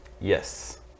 Yes